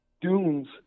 dunes